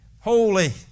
holy